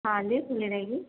ہاں جی ملے گی